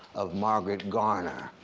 of margaret garner,